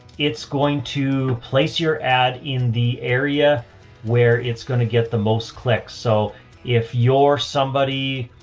it's going to place your ad in the area where it's going to get the most clicks. so if your somebody,